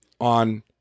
on